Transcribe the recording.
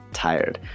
tired